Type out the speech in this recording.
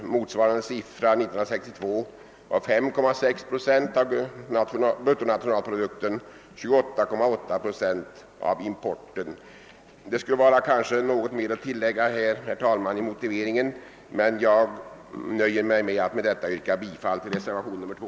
Motsvarande siffror för 1962 var 5,6 procent av bruttonationalprodukten och 28,8 procent av importen. Det skulle kanske vara något mer att tillägga till denna motivering, men jag nöjer mig med detta och yrkar bifall till reservationen 2.